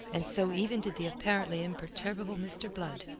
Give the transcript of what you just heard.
and so even did the apparently imperturbable mr. blood.